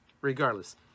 Regardless